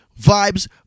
vibes